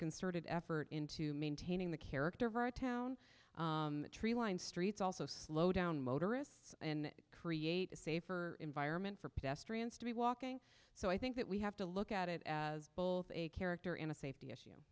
concerted effort into maintaining the character of our town tree lined streets also slow down motorists and create a safer environment for pedestrians to be walking so i think that we have to look at it as a character in a safety issue